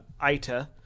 ITA